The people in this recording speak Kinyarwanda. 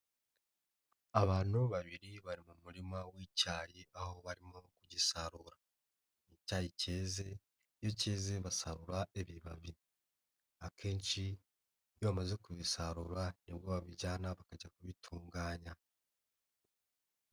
Abantu babiri bari mu murima w'icyayi aho barimo kugisarura, ni icyayi keze, iyo keze basarura ibibabi, akenshi iyo bamaze kubisarura ni bwo babijyana bakajya kubitunganya.